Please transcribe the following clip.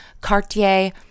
Cartier